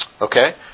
Okay